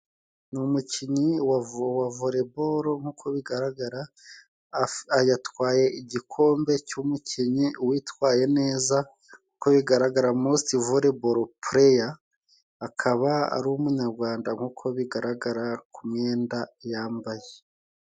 Ni umukinnyi wa voreboro nk'uko bigaragara, yatwaye igikombe cy'umukinnyi witwaye neza nk'uko bigaragara mositevoreboropureya, akaba ari umunyarwanda nk'uko bigaragara ku myenda yambaye.